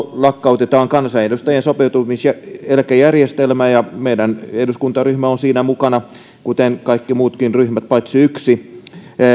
lakkautetaan kansanedustajien sopeutumiseläkejärjestelmä ja meidän eduskuntaryhmä on siinä mukana kuten kaikki muutkin ryhmät paitsi yksi